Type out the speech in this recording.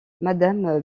madame